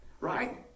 right